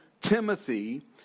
Timothy